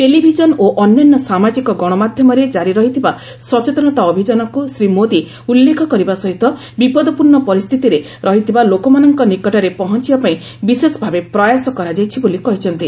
television ଓ ଅନ୍ୟାନ୍ୟ ସାମାଜିକ ଗଣମାଧ୍ୟମରେ କାରି ରହିଥିବା ସଚେତନତା ଅଭିଯାନକୁ ଶ୍ରୀ ମୋଦି ଉଲ୍ଲେଖ କରିବା ସହିତ ବିପଦପୂର୍ଣ୍ଣ ପରିସ୍ଥିତିରେ ରହିଥିବା ଲୋକମାନଙ୍କ ନିକଟରେ ପହଞ୍ଚବାପାଇଁ ବିଶେଷଭାବେ ପ୍ରୟାସ କରାଯାଇଛି ବୋଲି କହିଛନ୍ତି